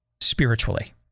spiritually